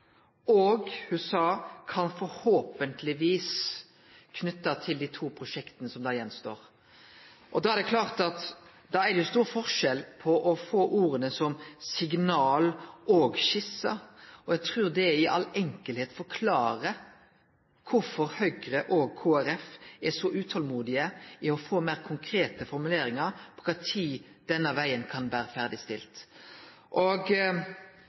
og ho sa «forhåpentlegvis» – knytt til dei to prosjekta som då gjenstår. Og det er klart at det er stor forskjell på det og ord som «signal» og «skisser». Eg trur det i all enkelheit forklarer kvifor Høgre og Kristeleg Folkeparti er så utolmodige etter å få meir konkrete formuleringar om kva tid denne vegen kan vere ferdigstilt.